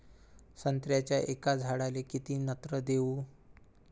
संत्र्याच्या एका झाडाले किती नत्र देऊ?